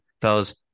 fellas